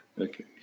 okay